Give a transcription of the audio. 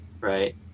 Right